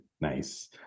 Nice